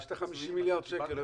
יש את ה-50 מיליארד שקל.